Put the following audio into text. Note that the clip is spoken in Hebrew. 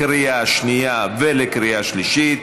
לקריאה שנייה ולקריאה שלישית.